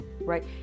right